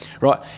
Right